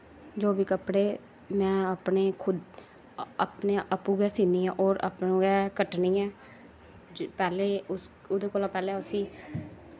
जो बी कपड़े में खुद अपने अप्पूं गै सीनी आं होर अप्पूं गै कट्टनी आं पैह्ले ओह्दे कोला दा पैह्ले उस्सी